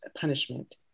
punishment